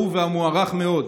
האהוב והמוערך מאוד,